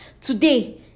Today